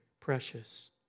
precious